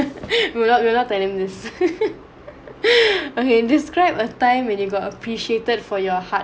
we're not we're not telling him this okay describe a time you got appreciated for your hardwork